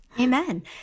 Amen